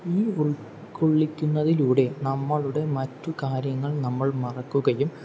ഈ ഉൾക്കൊള്ളിക്കുന്നതിലൂടെ നമ്മളുടെ മറ്റ് കാര്യങ്ങൾ നമ്മൾ മറക്കുകയും